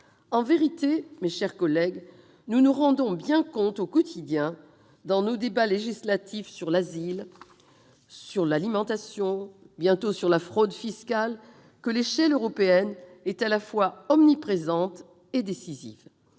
En vérité, mes chers collègues, nous nous rendons bien compte au quotidien, dans nos débats législatifs sur l'asile, sur l'alimentation et bientôt sur la fraude fiscale, que l'échelle européenne est à la fois omniprésente et décisive.